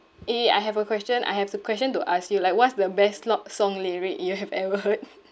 eh eh I have a question I have a question to ask you like what's the best lock song lyric you have ever heard